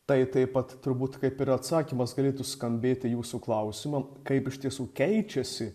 tai taip pat turbūt kaip ir atsakymas galėtų skambėti į jūsų klausimą kaip iš tiesų keičiasi